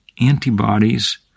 antibodies